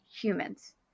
humans